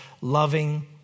loving